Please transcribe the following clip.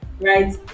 right